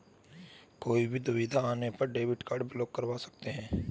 कोई भी दुविधा आने पर डेबिट कार्ड ब्लॉक करवा सकते है